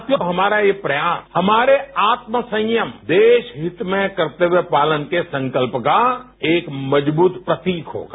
साथियों हमारा ये प्रयास हमारे आत्म संयम देश हित में करते हुए पालन के संकल्प का एक मजबूत प्रतीक है